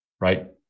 right